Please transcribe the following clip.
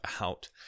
out